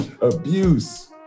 Abuse